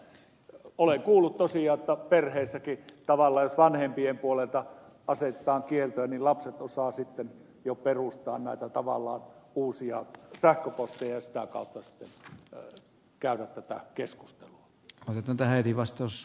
mutta olen kuullut tosiaan että perheessäkin tavallaan jos vanhempien puolelta asetetaan kieltoja niin lapset osaavat sitten jo perustaa näitä tavallaan uusia sähköposteja ja sitä kautta käydä keskustelua halutonta heti vastaus